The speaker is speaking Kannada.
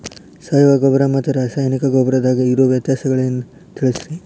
ಸಾವಯವ ಗೊಬ್ಬರ ಮತ್ತ ರಾಸಾಯನಿಕ ಗೊಬ್ಬರದಾಗ ಇರೋ ವ್ಯತ್ಯಾಸಗಳನ್ನ ತಿಳಸ್ರಿ